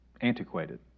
antiquated